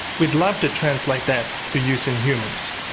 we'd love to translate that for use in humans.